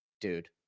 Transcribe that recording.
dude